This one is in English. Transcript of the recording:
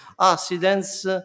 accidents